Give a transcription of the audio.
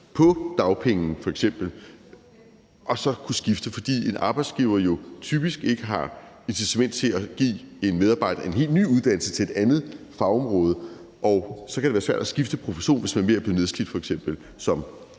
på dagpenge, og så kunne skifte profession. For en arbejdsgiver har jo typisk ikke et incitament til at give en medarbejder en helt ny uddannelse til et andet fagområde, og så kan det være svært at skifte profession, hvis man f.eks. er ved at blive nedslidt som